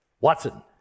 Watson